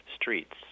streets